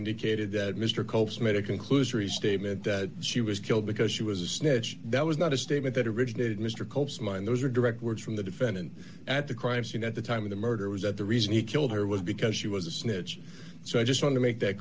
indicated that mr cope's made a conclusory statement that she was killed because she was a snitch that was not a statement that originated mr cope's mind those are direct words from the defendant at the crime scene at the time of the murder was that the reason he killed her was because she was a snitch so i just want to make that